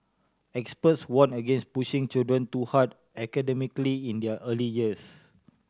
experts warn against pushing children too hard academically in their early years